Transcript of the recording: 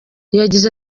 yagize